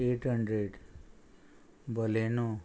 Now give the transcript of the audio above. eight hundred Baleno